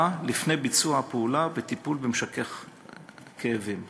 לפני ביצוע הפעולה וטיפול במשכך כאבים.